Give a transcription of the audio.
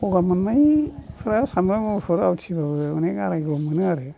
गगा मोननायफ्रा सामब्राम गुफुर आवथिना होब्लानो आरायग' मोनो आरो